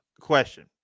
Question